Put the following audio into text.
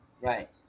Right